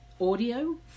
audio